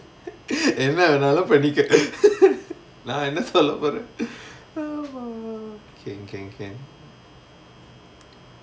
என்ன வேனாலும் பண்ணிகோ:enna venaalum pannikko நா என்ன சொல்ல போர ஆமா ஆமா ஆமா:naa enna solla pora aamaa aamaa aamaa can can can